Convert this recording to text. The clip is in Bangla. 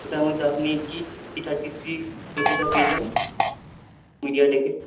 ওটার মধ্যে আপনি জি থার্টি থ্রি প্রোসেসর পেয়ে যাবেন মিডিয়া থেকে